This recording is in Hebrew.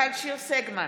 מיכל שיר סגמן,